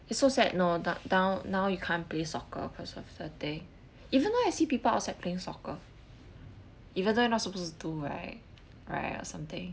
it's so sad know that down now you can't play soccer because of the day even though I see people outside playing soccer even though you not supposed to do right right or something